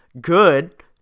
good